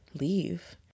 leave